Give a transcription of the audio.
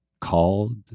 called